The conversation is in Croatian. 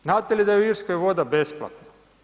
Znate li da je u Irskoj voda besplatna?